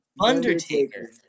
Undertaker